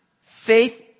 faith